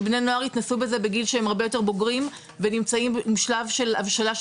שבני נוער יתנסו בזה בגיל שהם יותר בוגרים ונמצאים בשלב של הבשלה של